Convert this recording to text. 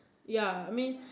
ya I mean